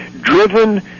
driven